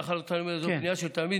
מאחר שזו פנייה של תלמיד,